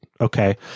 okay